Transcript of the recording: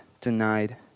denied